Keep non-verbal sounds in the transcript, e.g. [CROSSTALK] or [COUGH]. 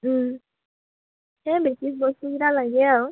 [UNINTELLIGIBLE]